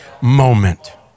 moment